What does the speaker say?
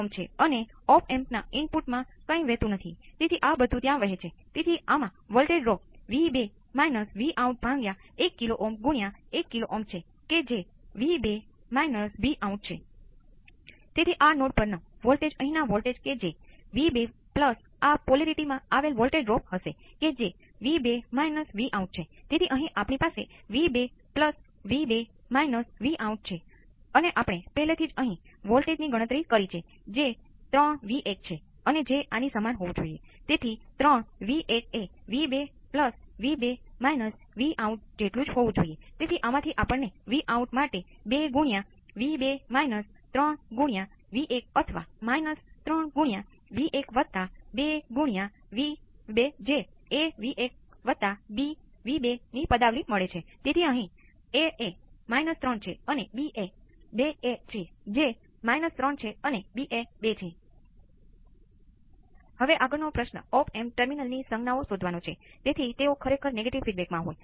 હવે જો Vs ને અચળ માનવામાં આવે કે જે આપણે અત્યાર સુધી જોયું છે તો તે પણ ખૂબ સરળ હોય છે અને જો Vs અચળ હોય તો ફરીથી આ બંને 0 હશે